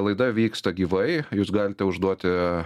laida vyksta gyvai jūs galite užduoti